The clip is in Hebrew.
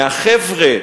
מהחבר'ה,